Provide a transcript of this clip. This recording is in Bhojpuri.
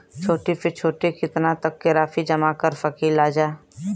छोटी से छोटी कितना तक के राशि जमा कर सकीलाजा?